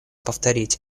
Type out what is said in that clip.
повторить